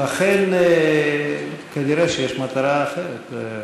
לכן, כנראה יש מטרה אחרת.